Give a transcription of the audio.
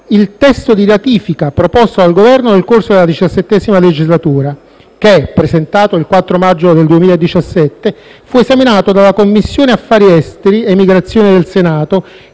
il testo di ratifica proposto dal Governo nel corso della XVII legislatura che, presentato il 4 maggio 2017, fu esaminato dalla Commissione affari esteri, emigrazione del Senato